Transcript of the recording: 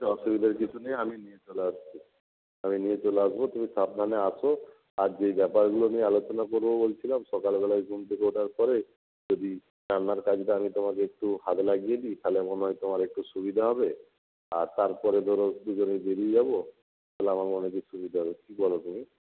অসুবিধার কিছু নেই আমি নিয়ে চলে আসছি আমি নিয়ে চলে আসবো তুমি সাবধানে আসো আর যে ব্যাপারগুলো নিয়ে আলোচনা করবো বলছিলাম সকালবেলায় ঘুম থেকে ওঠার পরে যদি রান্নার কাজটা আমি তোমাকে একটু হাত লাগিয়ে দিই তাহলে মনে হয় তোমার একটু সুবিধা হবে আর তারপরে ধরো দুজনে বেরিয়ে যাব তাহলে আমার মনে সুবিধা হবে কী বলো তুমি